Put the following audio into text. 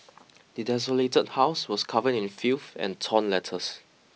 the desolated house was covered in filth and torn letters